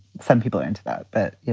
some people are into that. but,